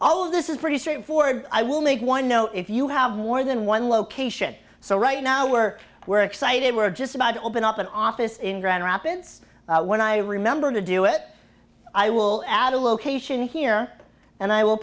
all of this is pretty straightforward i will make one know if you have more than one location so right now we're we're excited we're just about to open up an office in grand rapids when i remember to do it i will add a location here and i will